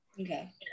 Okay